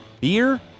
beer